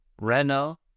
Renault